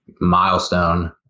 milestone